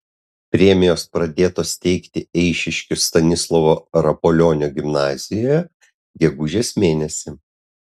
premijos pradėtos teikti eišiškių stanislovo rapolionio gimnazijoje gegužės mėnesį